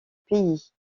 pays